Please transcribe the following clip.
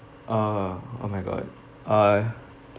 uh oh my god uh